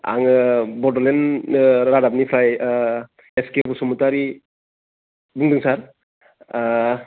आङो बड'लेण्ड ओह रादाबनिफ्राय ओह एसके बसुमतारी बुंदों सार ओह